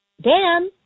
Dan